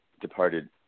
departed